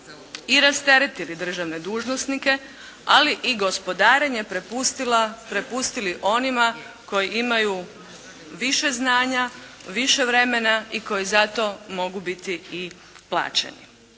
i rasteretili državne dužnosnike, ali i gospodarenje prepustili onima koji imaju više znanja, više vremena i koji za to mogu biti i plaćeni.